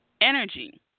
energy